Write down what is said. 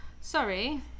Sorry